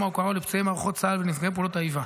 ההוקרה לפצועים מערכות צה"ל ונפגעי פעולות האיבה.